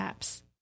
apps